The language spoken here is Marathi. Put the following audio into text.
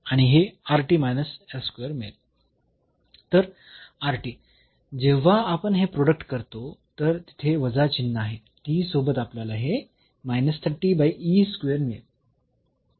तर जेव्हा आपण हे प्रोडक्ट करतो तर तिथे वजा चिन्ह आहे सोबत आपल्याला हे मिळेल